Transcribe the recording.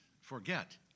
forget